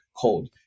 cold